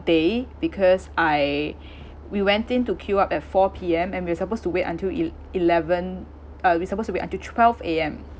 day because I we went in to queue up at four P_M and we are supposed to wait until el~ eleven uh we supposed to wait until twelve A_M